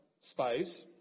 space